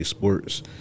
sports